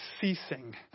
ceasing